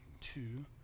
two